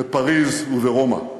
בפריז וברומא.